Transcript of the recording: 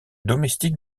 domestique